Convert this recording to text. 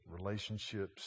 relationships